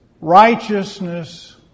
righteousness